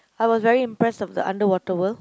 I was very impressed of the Underwater-World